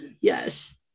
Yes